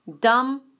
Dumb